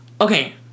okay